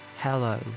Hello